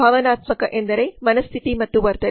ಭಾವನಾತ್ಮಕ ಎಂದರೆ ಮನಸ್ಥಿತಿ ಮತ್ತು ವರ್ತನೆ